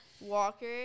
Walker